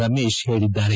ರಮೇಶ್ ಹೇಳಿದ್ದಾರೆ